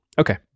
Okay